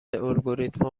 الگوریتمها